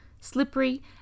slippery